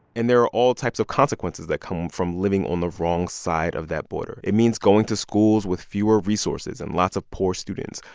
and there are all types of consequences that come from living on the wrong side of that border. it means going to schools with fewer resources and lots of poor students.